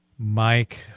Mike